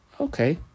Okay